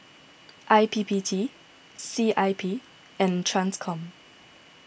I P P T C I P and Transcom